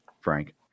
Frank